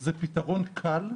זה פתרון קל,